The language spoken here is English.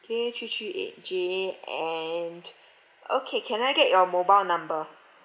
K three three eight j and okay can I get your mobile number